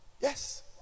Yes